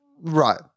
Right